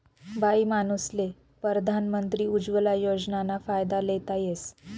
बाईमानूसले परधान मंत्री उज्वला योजनाना फायदा लेता येस